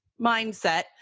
mindset